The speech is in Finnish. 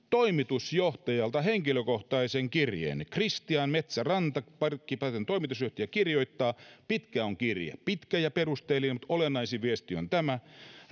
toimitusjohtajalta henkilökohtaisen kirjeen christian metsäranta parkkipaten toimitusjohtaja kirjoittaa pitkä on kirje pitkä ja perusteellinen mutta olennaisin viesti on tämä